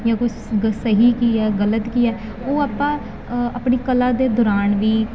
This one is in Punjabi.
ਜਾਂ ਕੁਝ ਸਹੀ ਕੀ ਹੈ ਗਲਤ ਕੀ ਹੈ ਉਹ ਆਪਾਂ ਆਪਣੀ ਕਲਾ ਦੇ ਦੌਰਾਨ ਵੀ